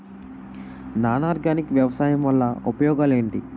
Non organic వ్యవసాయం వల్ల ఉపయోగాలు ఏంటీ?